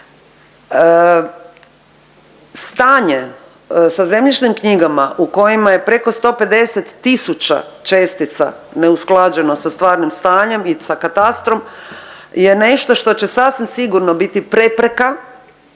Stanje sa zemljišnim knjigama u kojima je preko 150 tisuća čestica neusklađeno sa stvarnim stanjem i sa katastrom je nešto što će sasvim sigurno biti prepreka